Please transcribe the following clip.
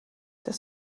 das